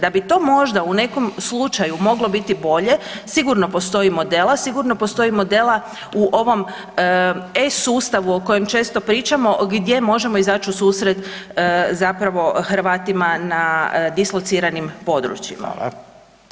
Da bi to možda u nekom slučaju moglo biti bolje, sigurno postoji modela, sigurno postoji modela u ovom eSustavu o kojem često pričamo gdje možemo izaći u susret zapravo Hrvatima na dislociranim područjima.